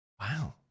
Wow